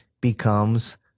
becomes